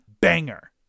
banger